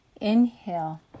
inhale